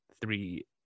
three